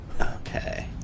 Okay